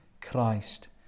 Christ